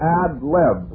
ad-lib